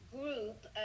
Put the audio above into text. group